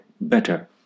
better